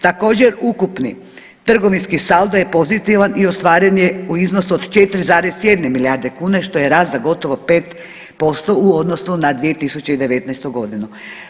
Također, ukupni trgovinski saldo je pozitivan i ostvaren je u iznosu od 4,1 milijarde kuna, što je rast za gotovo za 5% u odnosu na 2019. godinu.